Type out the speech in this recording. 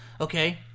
okay